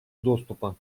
доступа